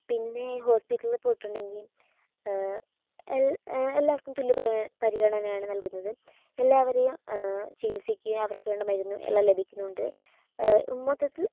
പിന്നെ ഹോസ്പിറ്റലിൽ പോയിട്ടുണ്ടെങ്കിൽ എല്ലാവർക്കും തുല്യ പരിഗണനയാണ് നൽകുന്നത് എല്ലാവരെയും ചികിത്സിക്കുക അവർക്ക് വേണ്ട മരുന്നും എല്ലാം ലഭിക്കുന്നുണ്ട് മൊത്തത്തിൽ